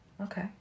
Okay